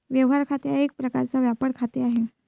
व्यवहार खाते हा एक प्रकारचा व्यापार खाते आहे